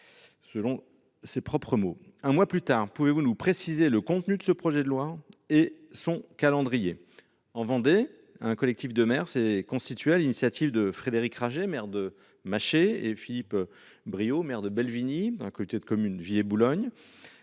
Sénat avant l’été. Un mois plus tard, pouvez vous nous préciser le contenu de ce projet de loi et son calendrier ? En Vendée, un collectif de maires s’est constitué sur l’initiative de Frédéric Rager, maire de Maché, et Philippe Briaud, maire de Bellevigny, dans la communauté de communes Vie et Boulogne